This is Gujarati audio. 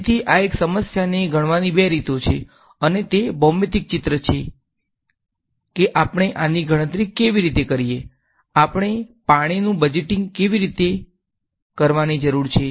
તેથી આ એક જ સમસ્યાને ગણવાની બે રીતો છે અને તે ભૌમિતિક ચિત્ર છે કે આપણે આની ગણતરી કેવી રીતે કરીએ આપણે પાણીનું બજેટિંગ કેવી રીતે કરવાની જરૂર છે